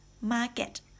market